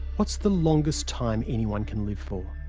what's the longest time anyone can live for?